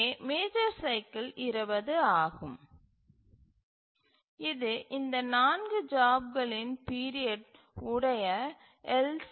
இங்கே major cycle 20 ஆகும் இது இந்த நான்கு ஜாப்களின் பீரியட் உடைய எல்